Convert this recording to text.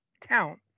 count